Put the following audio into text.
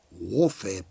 warfare